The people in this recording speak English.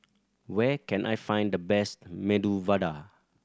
where can I find the best Medu Vada